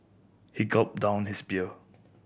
he gulped down his beer